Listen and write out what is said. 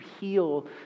heal